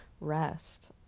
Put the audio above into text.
rest